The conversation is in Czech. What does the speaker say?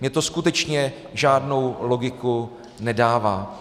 Mě to skutečně žádnou logiku nedává.